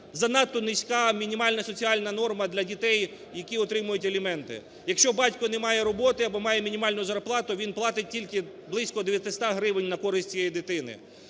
занадто низька мінімальна соціальна норма для дітей, які отримують аліменти. Якщо батько не має роботи або має мінімальну зарплату, він платить тільки близько 900 гривень на користь цієї дитини.